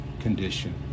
condition